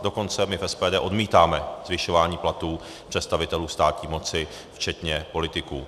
Dokonce my v SPD odmítáme zvyšování platů představitelů státní moci včetně politiků.